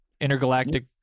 Intergalactic